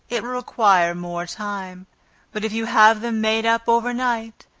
it will require more time but if you have them made up over night,